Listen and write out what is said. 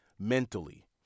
Mentally